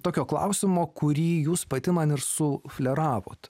tokio klausimo kurį jūs pati man ir sufleravot